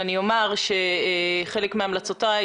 אני אומר שחלק מהמלצותיי,